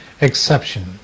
exceptions